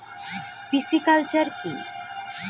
Pisciculture কি?